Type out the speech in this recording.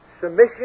submission